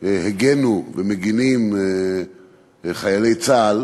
הגנו ומגינים חיילי צה"ל,